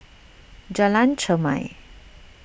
Jalan Chermai